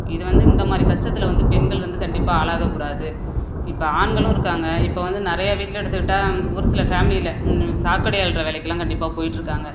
இது வந்து இந்த மாதிரி கஷ்டத்தில் வந்து பெண்கள் வந்து கண்டிப்பாக ஆளாக கூடாது இப்போ ஆண்களும் இருக்காங்க இப்போ வந்து நிறைய வீட்டில எடுத்துக்கிட்டால் ஒரு சில ஃபேம்லியில சாக்கடை அள்ளுற வேலைக்கெலாம் கண்டிப்பாக போய்ட்டிருக்காங்க